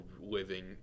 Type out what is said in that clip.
living